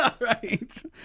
Right